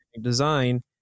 design